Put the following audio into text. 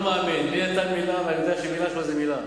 לי הוא נתן מלה ואני יודע שמלה שלו זאת מלה,